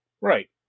Right